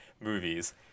movies